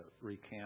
recant